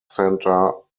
centre